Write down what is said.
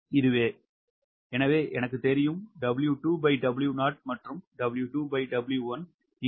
எனவே எனக்குத் தெரியும் 𝑊2W0 மற்றும் 𝑊2W1